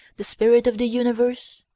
the spirit of the universe,